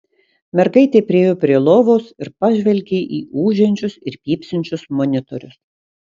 mergaitė priėjo prie lovos ir pažvelgė į ūžiančius ir pypsinčius monitorius